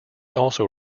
also